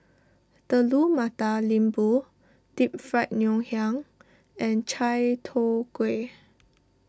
Telur Mata Lembu Deep Fried Ngoh Hiang and Chai Tow Kway